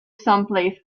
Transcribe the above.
someplace